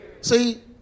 see